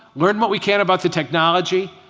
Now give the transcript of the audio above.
learn what we can about the technology.